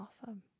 awesome